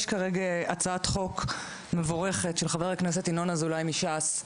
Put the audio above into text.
יש כרגע הצעת חוק מבורכת של חבר הכנסת ינון אזולאי מש"ס,